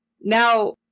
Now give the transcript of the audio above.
Now